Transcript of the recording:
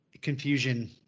confusion